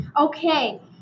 okay